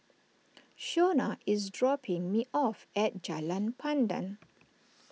Shona is dropping me off at Jalan Pandan